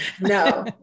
no